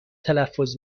تلفظ